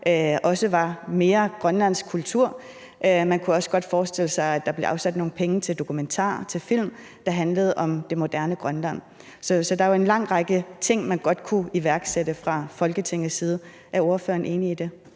også var mere grønlandsk kultur. Man kunne også godt forestille sig, at der blev afsat nogle penge til dokumentarfilm, der handler om det moderne Grønland. Så der er jo en lang række ting, man godt kunne iværksætte fra Folketingets side. Er ordføreren enig i det?